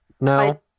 no